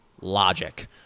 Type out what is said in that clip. logic